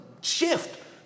shift